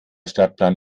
stadtplan